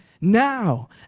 now